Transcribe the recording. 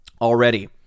already